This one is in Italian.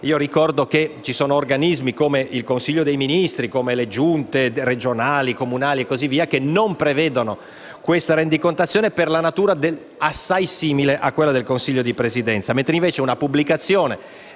Ricordo che ci sono organismi, come il Consiglio dei Ministri, le Giunte regionali, comunali e quant'altro, che non prevedono questa resocontazione, per la natura assai simile a quella del Consiglio di Presidenza. Mentre la pubblicazione